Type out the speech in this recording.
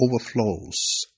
overflows